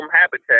habitat